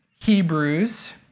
Hebrews